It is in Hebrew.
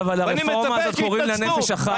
אבל הרפורמה הזאת, קוראים לה 'נפש אחת', איציק.